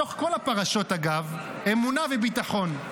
מתוך כל הפרשות, אגב, אמונה וביטחון.